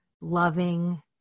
loving